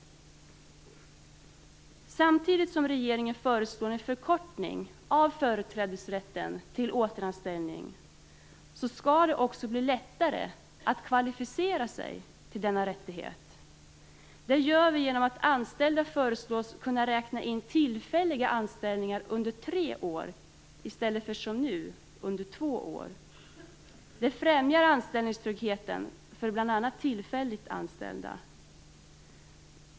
Samtidigt som regeringen föreslår en förkortning av företrädesrätten till återanställning skall det också bli lättare att kvalificera sig till denna rättighet. Det gör vi genom att anställda föreslås kunna räkna in tillfälliga anställningar under tre år, i stället för som nu under två år. Det främjar anställningstryggheten för bl.a. tillfälligt anställda.